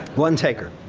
one taker.